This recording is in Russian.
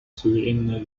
суверенное